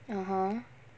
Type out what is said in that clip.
(uh huh)